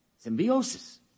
Symbiosis